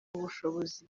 ubushobozi